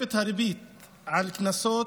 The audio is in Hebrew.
תוספת הריבית על קנסות